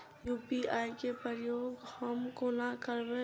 UPI केँ प्रयोग हम कोना करबे?